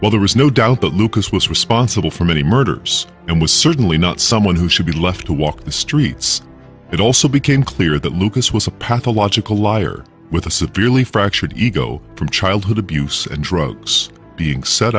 well there is no doubt that lucas was responsible for many murders and was certainly not someone who should be left to walk the streets it also became clear that lucas was a pathological liar with a severely fractured ego from childhood abuse and drugs being set